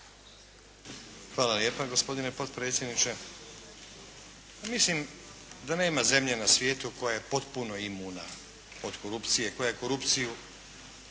Hvala lijepa gospodine potpredsjedniče. Mislim da nema zemlje na svijetu koja je potpuno imuna od korupcije, koja je korupciju